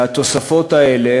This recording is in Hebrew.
והתוספות האלה,